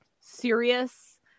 serious